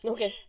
Okay